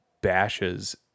bashes